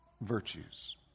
virtues